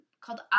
called